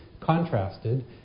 contrasted